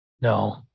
No